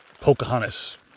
Pocahontas